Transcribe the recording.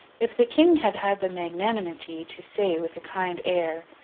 if the king had had the magnanimity to say with a kind air,